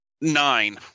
Nine